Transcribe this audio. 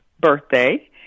birthday